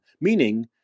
meaning